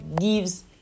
gives